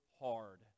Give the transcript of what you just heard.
hard